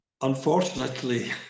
Unfortunately